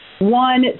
one